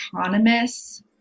autonomous